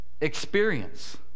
experience